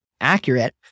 accurate